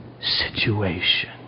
situation